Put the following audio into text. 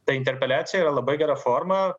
tai interpeliacija yra labai gera forma